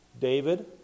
David